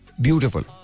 beautiful